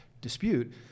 dispute